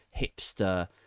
hipster